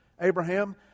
Abraham